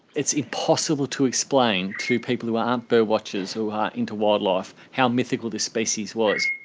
it's impossible to explain to people who aren't birdwatchers who aren't into wildlife how mythical this species was.